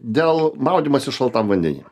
dėl maudymosi šaltam vandeny